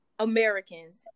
Americans